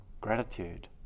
Gratitude